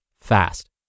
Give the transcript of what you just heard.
fast